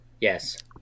Yes